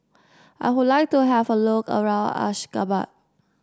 I would like to have a look around Ashgabat